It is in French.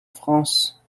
france